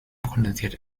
kondensiert